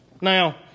Now